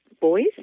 boys